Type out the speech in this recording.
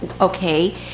okay